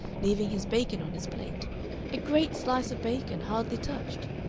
leaving his bacon on his plate a great slice of bacon hardly touched.